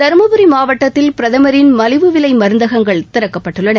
தருமபுரி மாவட்டத்தில் பிரதமரின் மலிவு விலை மருந்தகங்கள் திறக்கப்பட்டுள்ளன